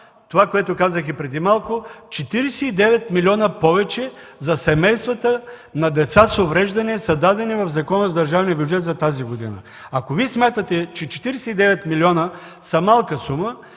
това, което казах и преди малко – 49 милиона повече за семействата на деца с увреждания са дадени в Закона за държавния бюджет за тази година. Ако Вие смятате, че 49 милиона са малка сума,